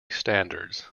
standards